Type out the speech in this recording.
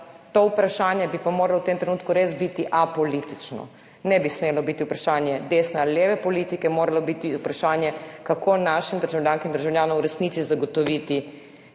to vprašanje bi pa moralo v tem trenutku res biti apolitično, ne bi smelo biti vprašanje desne ali leve politike, moralo biti vprašanje, kako našim državljankam in državljanom v resnici zagotoviti